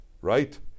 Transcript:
Right